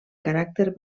caràcter